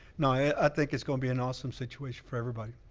and i ah i think it's gonna be an awesome situation for everybody.